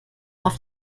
auf